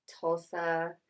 Tulsa